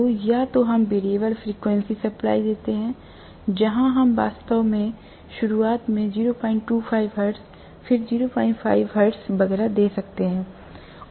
तो या तो हम वैरिएबल फ़्रीक्वेंसी सप्लाई देते हैं जहाँ हम वास्तव में शुरुआत में 025 हर्ट्ज़ फिर 05 हर्ट्ज़ वगैरह दे सकते हैं